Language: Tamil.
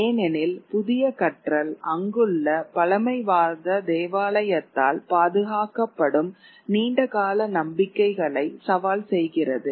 ஏனெனில் புதிய கற்றல் அங்குள்ள பழமைவாத தேவாலயத்தால் பாதுகாக்கப்படும் நீண்டகால நம்பிக்கைகளை சவால் செய்கிறது